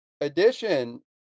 edition